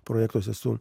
projektuose su